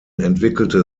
entwickelte